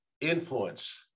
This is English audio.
influence